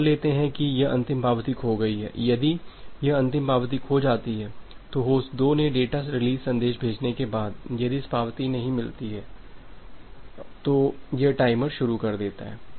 तो मान लेते हैं कि यह अंतिम पावती खो गई है यदि यह अंतिम पावती खो जाती है तो होस्ट 2 ने डेटा रिलीज संदेश भेजने के बाद यदि इसे पावती नहीं मिलती है तो ये टाइमर शुरू कर देता है